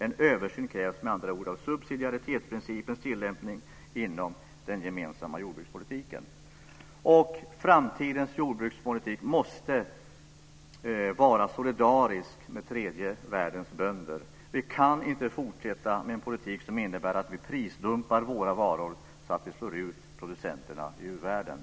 En översyn av subsidiaritetsprincipens tillämpning inom den gemensamma jordbrukspolitiken krävs med andra ord. Framtidens jordbrukspolitik måste vara solidarisk med tredje världens bönder. Vi kan inte fortsätta med en politik som innebär att vi prisdumpar våra varor så att vi slår ut producenterna i u-världen.